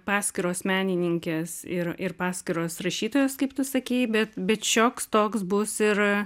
paskiros menininkės ir ir paskiros rašytojos kaip tu sakei bet bet šioks toks bus ir